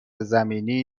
زمینی